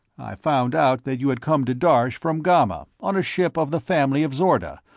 i found out that you had come to darsh from ghamma on a ship of the family of zorda,